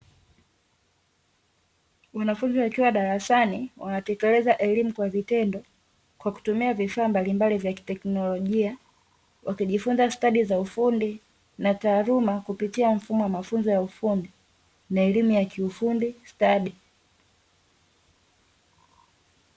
Wanafunzi wakiwa darasani wanatekeleza elimu kwa vitendo kwa kutumia vifaa mbalimbali vya kitekinolojia, wakijifunza stadi za ufundi na taaluma kupitia mfumo wa mafunzo ya ufundi na elimu ya kiufundistadi.